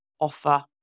offer